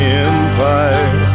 empire